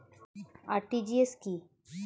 RTGS কি?